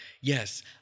yes